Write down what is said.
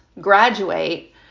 graduate